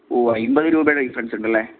ഓ അമ്പത് രൂപയുടെ ഡിഫറൻസുണ്ടല്ലെ